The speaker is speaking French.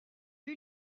eut